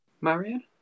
Marion